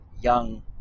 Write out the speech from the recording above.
young